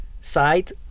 side